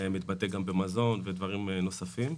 זה מתבטא גם במזון ודברים נוספים,